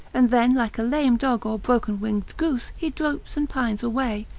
and then like a lame dog or broken-winged goose he droops and pines away,